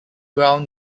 ground